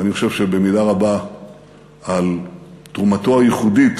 ואני חושב שבמידה רבה תרומתו הייחודית,